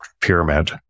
pyramid